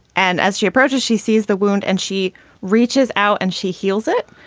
and as she approaches, she sees the wound and she reaches out and she heals it,